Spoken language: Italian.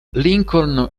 lincoln